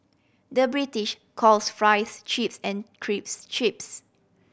the British calls fries chips and chips